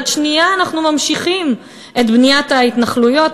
שנייה אנחנו ממשיכים את בניית ההתנחלויות,